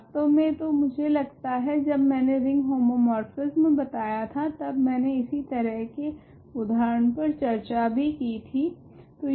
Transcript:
वास्तव मैं तो मुझे लगता है जब मैंने रिंग होमोमोर्फिस्म बताया था तब मैंने इसी तरह के एक उदाहरण पर चर्चा भी की थी